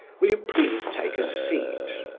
will you please take a seat?